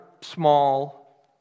small